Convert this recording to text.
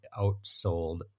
outsold